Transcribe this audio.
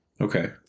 Okay